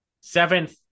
Seventh